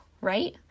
right